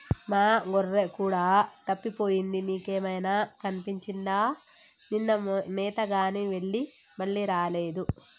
మా గొర్రె కూడా తప్పిపోయింది మీకేమైనా కనిపించిందా నిన్న మేతగాని వెళ్లి మళ్లీ రాలేదు